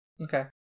okay